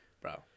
bro